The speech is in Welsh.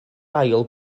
ail